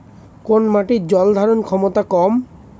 কোন মাটির জল ধারণ ক্ষমতা কম?